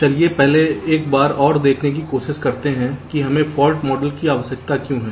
तो चलिए पहले एक बार और देखने की कोशिश करते हैं कि हमें फॉल्ट मॉडल की आवश्यकता क्यों है